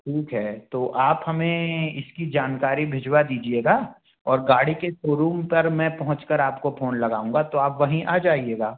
ठीक है तो आप हमें इसकी जानकारी भिजवा दीजिएगा और गाड़ी के शोरूम पर मैं पहुँच कर आपको फोन लगाऊँगा तो आप वहीं आ जाईएगा